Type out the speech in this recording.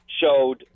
showed